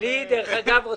דרך אגב,